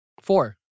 four